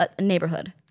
Neighborhood